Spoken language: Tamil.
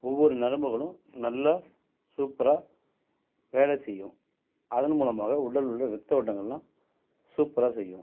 ஒவ்வொரு நரம்புகளும் நல்லா சூப்பராக வேலை செய்யும் அதன் மூலமாக உடலில் உள்ள ரத்த ஓட்டங்கள்லாம் சூப்பராக செய்யும்